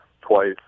twice